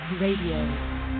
Radio